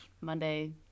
Monday